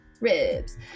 Ribs